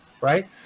right